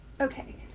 Okay